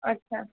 अच्छा